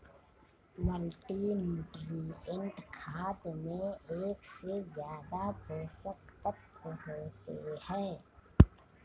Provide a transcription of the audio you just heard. multinutrient खाद में एक से ज्यादा पोषक तत्त्व होते है